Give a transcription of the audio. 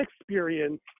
experience